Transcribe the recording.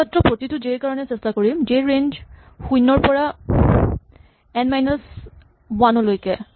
আমি মাত্ৰ প্ৰতিটো জে ৰ কাৰণে চেষ্টা কৰিম জে ৰ ৰেঞ্জ শূণ্যৰ পৰা এন মাইনাচ ৱান লৈকে